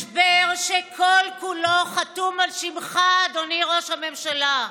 משבר שכל-כולו חתום על שמך, אדוני ראש הממשלה.